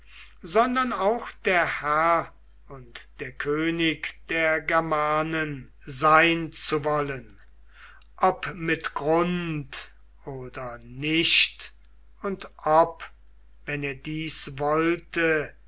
sondern auch der herr und der könig der germanen sein zu wollen ob mit grund oder nicht und ob wenn er dies wollte